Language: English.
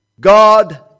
God